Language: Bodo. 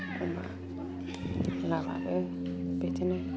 अमा लाबाबो बिदिनो